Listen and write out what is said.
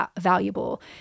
valuable